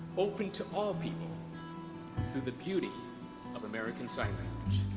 open to all people through the beauty of american sign